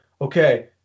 okay